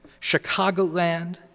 Chicagoland